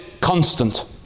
constant